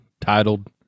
titled